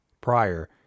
prior